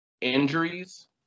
Injuries